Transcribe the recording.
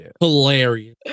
hilarious